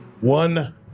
One